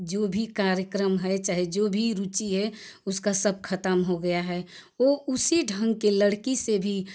जो भी कार्यक्रम है चाहे जो भी रुचि है उसका सब ख़त्म हो गया है वह उसी ढंग के लड़की से भी